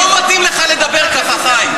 לא מתאים לך לדבר ככה, חיים.